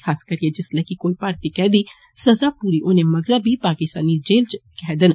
खास करियै जिसलै के कोई भारतीय कैदी सज़ा पूरी होने मगरा बी पाकिस्तानी जेलें च कैद न